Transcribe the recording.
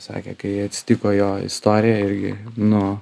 sakė kai atsitiko jo istorija irgi nu